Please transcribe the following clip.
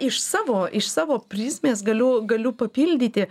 iš savo iš savo prizmės galiu galiu papildyti